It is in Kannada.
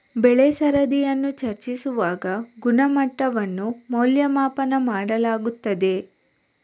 ಬೆಳೆ ಸರದಿಯನ್ನು ಚರ್ಚಿಸುವಾಗ ಗುಣಮಟ್ಟವನ್ನು ಮೌಲ್ಯಮಾಪನ ಮಾಡಲಾಗುತ್ತದೆ